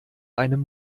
einem